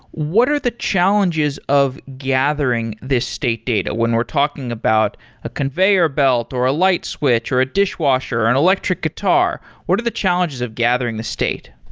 what are the challenges of gathering this state data when we're talking about a conveyor belt, or a light switch, or a dishwasher, or an electric guitar? what are the challenges of gathering the state?